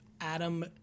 Adam